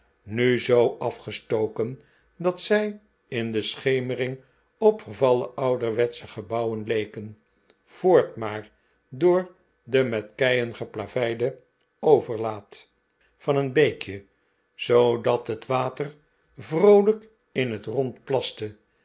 mi zoo afgestoken dat zij in de schemering op vervallen ouderwetsche gebouwen leken voort maar door den met keien geplaveiden overlaat van een beekje zoodat het water vroolijk in het rond plaste